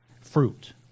fruit